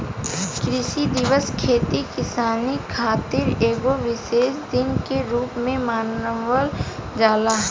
कृषि दिवस खेती किसानी खातिर एगो विशेष दिन के रूप में मनावल जाला